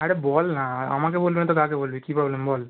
আরে বল না আমাকে বলবি না তো কাকে বলবি কি প্রবলেম বল